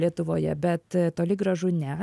lietuvoje bet toli gražu ne